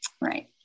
Right